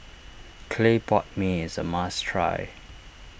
Clay Pot Mee is a must try